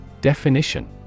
Definition